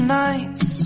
nights